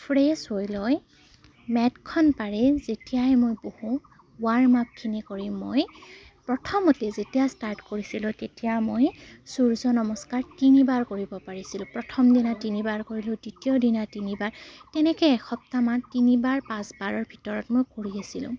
fresh হৈ লৈ মেডখন পাৰে যেতিয়াই মই বহোঁ ৱাৰ্ম আপখিনি কৰি মই প্ৰথমতে যেতিয়া ষ্টাৰ্ট কৰিছিলোঁ তেতিয়া মই সূৰ্য নমস্কাৰ তিনিবাৰ কৰিব পাৰিছিলোঁ প্ৰথম দিনা তিনিবাৰ কৰিলোঁ দ্বিতীয় দিনা তিনিবাৰ তেনেকৈ এসপ্তাহমান তিনিবাৰ পাঁচবাৰৰ ভিতৰত মই কৰি আছিলোঁ